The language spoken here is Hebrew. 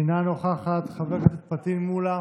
אינה נוכחת, חבר הכנסת פטין מולא,